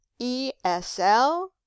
ESL